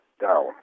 down